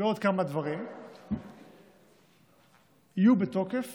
ועוד כמה דברים יהיו בתוקף